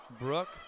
Brooke